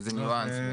זה ניואנס.